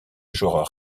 joueur